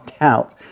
out